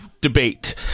debate